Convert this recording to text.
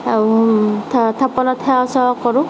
থাপনাত সেৱা চেৱা কৰোঁ